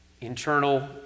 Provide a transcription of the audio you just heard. internal